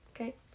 okay